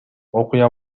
окуя